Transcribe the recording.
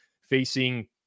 facing